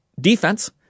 defense